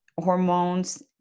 hormones